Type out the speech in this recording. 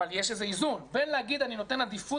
אבל יש איזשהו איזון בין להגיד "אני נותן עדיפות